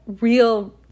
real